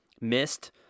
missed